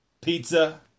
pizza